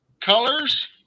colors